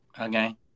Okay